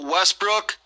Westbrook